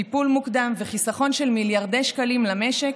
טיפול מוקדם וחיסכון של מיליארדי שקלים למשק,